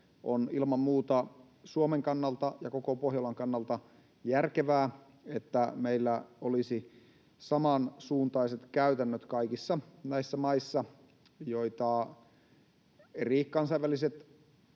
On ilman muuta Suomen kannalta ja koko Pohjolan kannalta järkevää, että meillä olisi samansuuntaiset käytännöt kaikissa näissä maissa, jotka eri kansainväliset